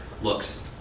looks